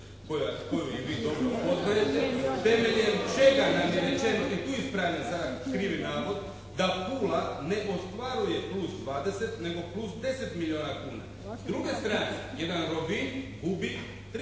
koju i vi dobro poznajete, temeljem čega nam je rečeno, e tu ispravljam sada krivi navod, da Pula ne ostvaruje plus 20 nego plus 10 milijuna kuna. S druge strane jedan Rovinj gubi